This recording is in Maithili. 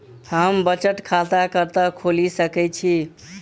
हम बचत खाता कतऽ खोलि सकै छी?